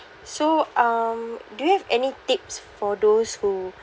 so um do you have any tips for those who